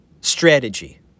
strategy